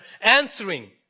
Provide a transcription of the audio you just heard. answering